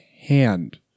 hand